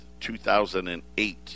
2008